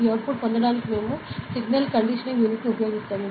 ఈ అవుట్పుట్ పొందడానికి మేము సిగ్నల్ కండిషనింగ్ యూనిట్ను ఉపయోగిస్తాము